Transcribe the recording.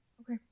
okay